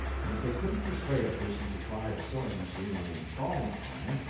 and if they couldn't persuade a person to try a sewing-machine on the installment plan,